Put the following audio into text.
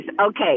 Okay